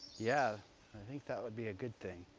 yeah i think that would be a good thing.